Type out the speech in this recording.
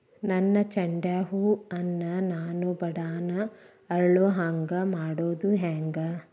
ನನ್ನ ಚಂಡ ಹೂ ಅನ್ನ ನಾನು ಬಡಾನ್ ಅರಳು ಹಾಂಗ ಮಾಡೋದು ಹ್ಯಾಂಗ್?